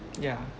yeah